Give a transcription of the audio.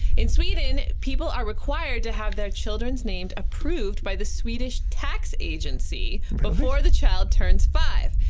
in sweden, people are required to have their children's name approved by the swedish tax agency before the child turns five.